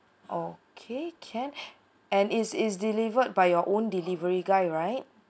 okay can and is is delivered by your own delivery guy right